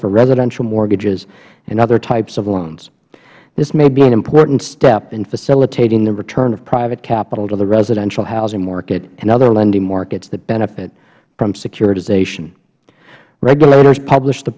for residential mortgages and other types of loans this may be an important step in facilitating the return of private capital to the residential housing market and other lending markets that benefit from securitization regulators published the